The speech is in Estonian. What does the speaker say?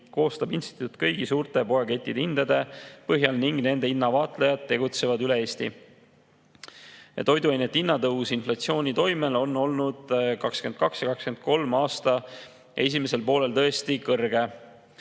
koostab instituut kõigi suurte poekettide hindade põhjal ning nende hinnavaatlejad tegutsevad üle Eesti. Toiduainete hinnatõus inflatsiooni toimel on olnud 2022. aastal ja 2023. aasta esimesel poolel tõesti kõrge